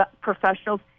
professionals